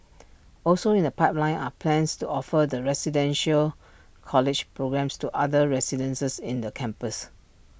also in the pipeline are plans to offer the residential college programmes to other residences in the campus